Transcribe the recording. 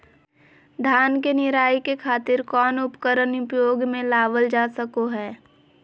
धान के निराई के खातिर कौन उपकरण उपयोग मे लावल जा सको हय?